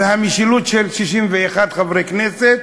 והמשילות של 61 חברי כנסת